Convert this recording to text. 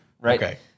right